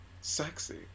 sexy